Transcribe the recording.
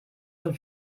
und